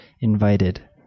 invited